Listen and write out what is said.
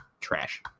trash